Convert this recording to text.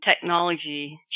technology